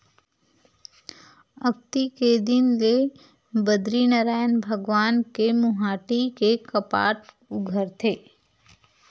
अक्ती के दिन ले बदरीनरायन भगवान के मुहाटी के कपाट उघरथे